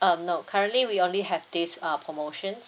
mm no currently we only have this uh promotions